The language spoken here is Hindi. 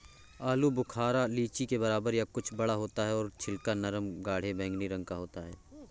आलू बुखारा लीची के बराबर या कुछ बड़ा होता है और छिलका नरम गाढ़े बैंगनी रंग का होता है